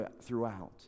throughout